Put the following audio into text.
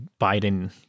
Biden